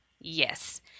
yes